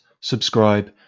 subscribe